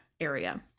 area